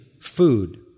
food